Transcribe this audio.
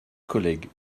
collègues